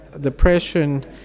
depression